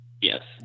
yes